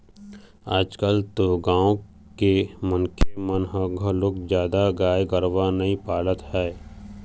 आजकाल तो गाँव के मनखे मन ह घलोक जादा गाय गरूवा नइ पालत हे